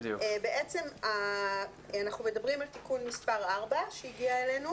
בעצם אנחנו מדברים על תיקון מספר 4 שהגיע אלינו